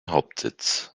hauptsitz